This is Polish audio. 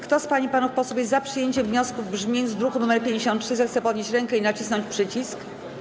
Kto z pań i panów posłów jest za przyjęciem wniosku w brzmieniu z druku nr 53, zechce podnieść rękę i nacisnąć przycisk.